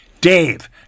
Dave